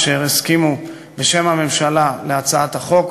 אשר הסכימו בשם הממשלה להצעת החוק,